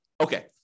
Okay